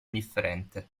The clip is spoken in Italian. indifferente